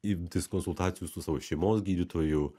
imtis konsultacijų su savo šeimos gydytoju